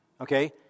okay